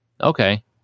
Okay